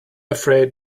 afraid